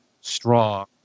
strong